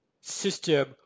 system